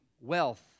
wealth